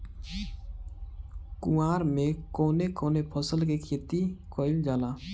कुवार में कवने कवने फसल के खेती कयिल जाला?